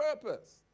purpose